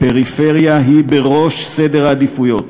הפריפריה היא בראש סדר העדיפויות.